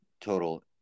total